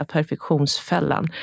Perfektionsfällan